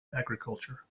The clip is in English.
agriculture